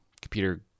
computer